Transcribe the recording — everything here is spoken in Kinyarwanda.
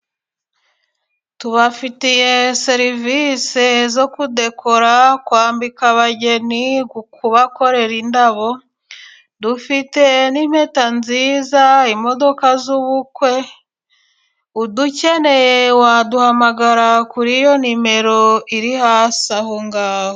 Tubafitiye serivise zo kudekora kwambika abageni, kubakorera indabo dufite n'impeta nziza imodoka z'ubukwe udukeneye waduhamagara kuri iyo nimero iri hasi aho ngaho.